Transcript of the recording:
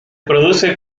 produce